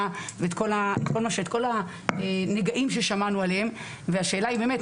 ואת כל הנגעים ששמענו עליהם והשאלה היא באמת,